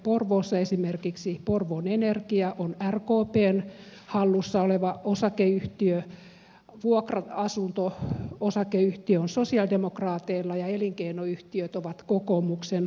porvoossa esimerkiksi porvoon energia on rkpn hallussa oleva osakeyhtiö vuokra asunto osakeyhtiö on sosialidemokraateilla ja elinkeinoyhtiöt ovat kokoomuksen hallussa